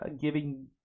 giving